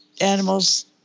animals